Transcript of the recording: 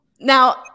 Now